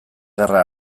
gerra